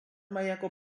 mailako